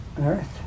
earth